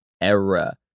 era